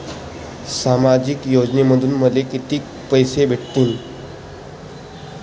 सामाजिक योजनेमंधून मले कितीक पैसे भेटतीनं?